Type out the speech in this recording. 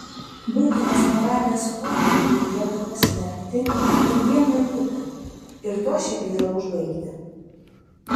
buitinės moralės požiūriu reikėtų pasmerkti ir vieną ir kitą ir tuo šią bylą užbaigti